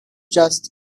just